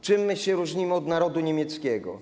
Czym my się różnimy od narodu niemieckiego?